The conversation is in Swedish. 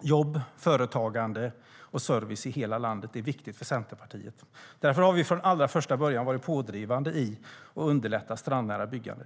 Jobb, företagande och service i hela landet är viktigt för Centerpartiet. Därför har vi från allra första början varit pådrivande för att underlätta strandnära byggande.